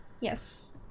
Yes